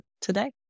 today